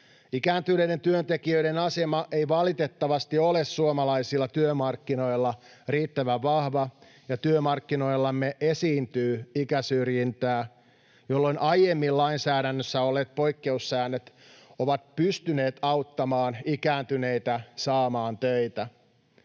Ikääntyneiden työntekijöiden asema ei valitettavasti ole suomalaisilla työmarkkinoilla riittävän vahva, ja työmarkkinoillamme esiintyy ikäsyrjintää, jolloin aiemmin lainsäädännössä olleet poikkeussäännöt ovat pystyneet auttamaan ikääntyneitä saamaan töitä.